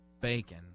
bacon